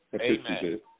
Amen